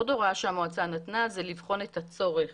עוד הוראה שהמועצה נתנה היא לבחון את הצורך